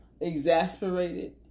exasperated